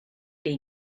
they